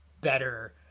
better